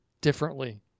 differently